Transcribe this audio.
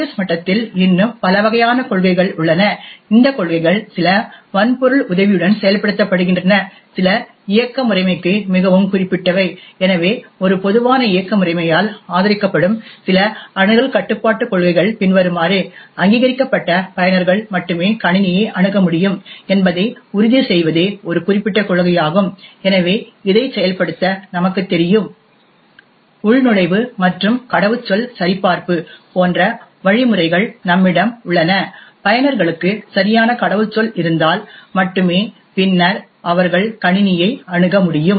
S மட்டத்தில் இன்னும் பல வகையான கொள்கைகள் உள்ளன இந்த கொள்கைகள் சில வன்பொருள் உதவியுடன் செயல்படுத்தப்படுகின்றன சில இயக்க முறைமைக்கு மிகவும் குறிப்பிட்டவை எனவே ஒரு பொதுவான இயக்க முறைமையால் ஆதரிக்கப்படும் சில அணுகல் கட்டுப்பாட்டுக் கொள்கைகள் பின்வருமாறு அங்கீகரிக்கப்பட்ட பயனர்கள் மட்டுமே கணினியை அணுக முடியும் என்பதை உறுதி செய்வதே ஒரு குறிப்பிட்ட கொள்கையாகும் எனவே இதைச் செயல்படுத்த நமக்குத் தெரியும் உள்நுழைவு மற்றும் கடவுச்சொல் சரிபார்ப்பு போன்ற வழிமுறைகள் நம்மிடம் உள்ளன பயனர்களுக்கு சரியான கடவுச்சொல் இருந்தால் மட்டுமே பின்னர் அவர்கள் கணினியை அணுக முடியும்